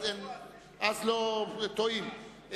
ואז לא טועים.